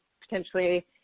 potentially